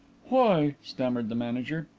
why? stammered the manager.